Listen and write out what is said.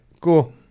cool